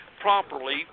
properly